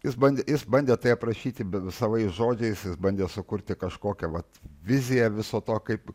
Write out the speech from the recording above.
jis bandė jis bandė tai aprašyti bet savais žodžiais jis bandė sukurti kažkokią vat viziją viso to kaip